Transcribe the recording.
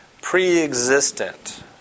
pre-existent